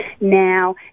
now